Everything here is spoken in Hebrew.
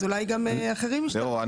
אז אולי גם אחרים ישתלבו.